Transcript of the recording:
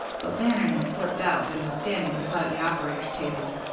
but bannon had slipped out and was standing beside the operator's table.